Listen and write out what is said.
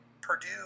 Purdue